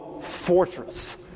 fortress